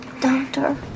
doctor